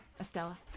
Estella